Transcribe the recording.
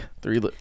three